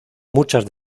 muchas